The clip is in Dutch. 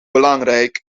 belangrijk